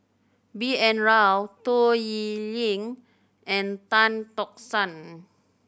B N Rao Toh Liying and Tan Tock San